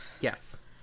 Yes